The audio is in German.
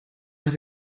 habe